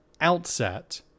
outset